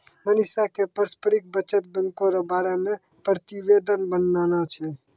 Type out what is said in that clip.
मनीषा क पारस्परिक बचत बैंको र बारे मे प्रतिवेदन बनाना छै